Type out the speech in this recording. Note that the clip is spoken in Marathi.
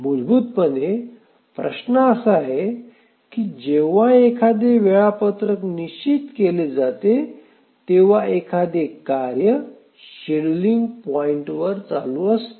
मूलभूतपणे प्रश्न असा आहे की जेव्हा एखादे वेळापत्रक निश्चित केले जाते तेव्हा एखादे कार्य शेड्यूलिंग पॉईंटवर चालू असते